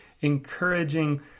encouraging